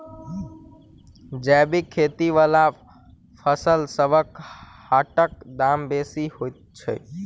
जैबिक खेती बला फसलसबक हाटक दाम बेसी होइत छी